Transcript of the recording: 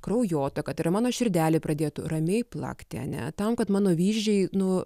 kraujotaka tai yra mano širdelė pradėtų ramiai plakti ane tam kad mano vyzdžiai nu